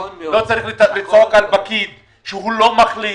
לא צריך לצעוק על פקיד שהוא לא מחליט,